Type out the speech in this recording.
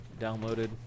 downloaded